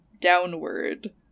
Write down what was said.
downward